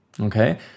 Okay